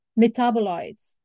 metabolites